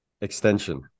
extension